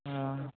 हँ